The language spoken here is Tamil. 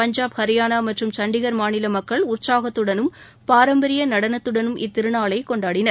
பஞ்சாப் ஹரியானாமற்றும் சண்டிகர் மாநிலமக்கள் உற்சாகத்துடனும் பாரம்பரியநடனத்துடனும் கொண்டாடினர்